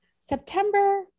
September